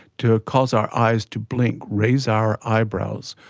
to cause our eyes to blink, raise our eyebrows,